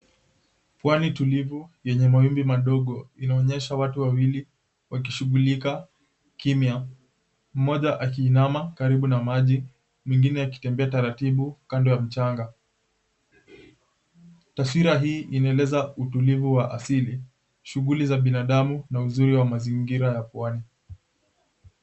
Pwani tulivu yenye mawimbi madogo inaonyesha watu wawili wakishughulika kimya. Mmoja akiinama karibu na maji, mwingine akitembea taratibu kando ya mchanga. Taswira hii inaeleza utulivu wa asili, shughuli za binadamu na uzuri wa mazingira ya pwani.